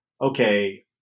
okay